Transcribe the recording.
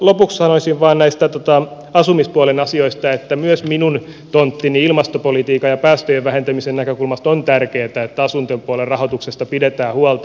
lopuksi sanoisin vain näistä asumispuolen asioista että myös minun tonttini ilmastopolitiikan ja päästöjen vähentämisen näkökulmasta on tärkeätä että asuntopuolen rahoituksesta pidetään huolta